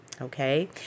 okay